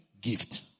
gift